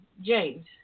James